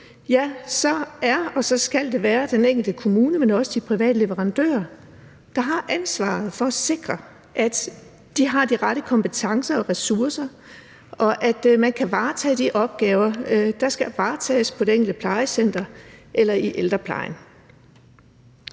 faglighed, så skal det være den enkelte kommune, men også de private leverandører, der har ansvaret for at sikre, at de har de rette kompetencer og ressourcer, og at man kan varetage de opgaver, der skal varetages på det enkelte plejecenter eller i ældreplejen.